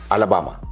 Alabama